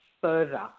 further